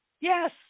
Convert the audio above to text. Yes